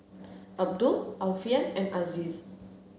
Abdul Alfian and Aziz